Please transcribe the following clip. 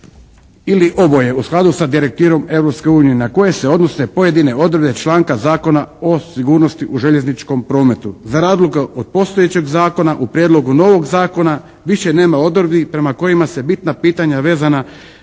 ili oboje u skladu sa Direktivom Europske unije na koje se odnose pojedine odredbe članka Zakona o sigurnosti u željezničkom prometu. Za razliku od postojećeg zakona u prijedlogu novog zakona više nema odredbi prema kojima se bitna pitanja vezana